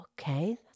Okay